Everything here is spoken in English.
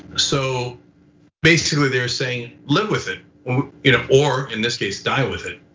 so basically they're saying, live with it you know or in this case, die with it.